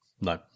No